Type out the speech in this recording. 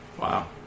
Wow